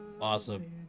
Awesome